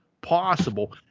possible